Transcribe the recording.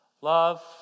Love